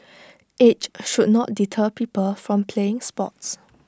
age should not deter people from playing sports